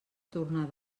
tornar